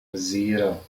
zero